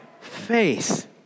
faith